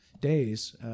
days